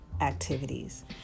activities